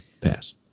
pass